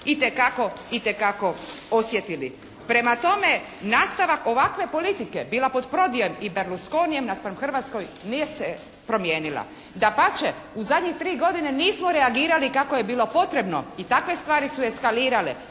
otocima itekako osjetili? Prema tome, nastavak ovakve politike, bila pod Prodijem ili Berlusconijem naspram Hrvatskoj nije se promijenila. Dapače, u zadnje tri godine nismo reagirali kako je bilo potrebno. I takve stvari su eskalirale.